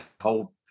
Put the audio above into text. whole